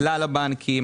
לכלל הבנקים,